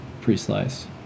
pre-slice